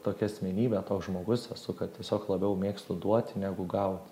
tokia asmenybė toks žmogus esu kad tiesiog labiau mėgstu duoti negu gauti